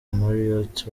marriott